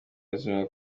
buzima